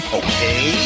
okay